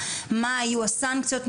מה היו הסנקציות,